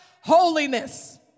holiness